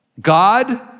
God